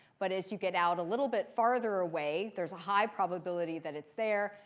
but as you get out a little bit farther away, there's a high probability that it's there.